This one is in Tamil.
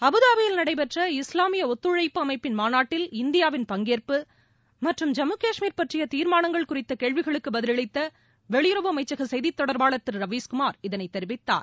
அபுதாபியில் நடைபெற்ற இஸ்லாமிய ஒத்துழைப்பு அமைப்பின் மாநாட்டில் இந்தியாவின் பங்கேற்பு மற்றும் ஜம்மு காஷ்மீர் பற்றிய தீர்மானங்கள் குறித்த கேள்விகளுக்கு பதிவளித்த வெளியுறவு அமைச்சக செய்தித் தொடர்பாளர் திரு ரவீஷ்குமார் இதனை தெரிவித்தார்